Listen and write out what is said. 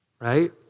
right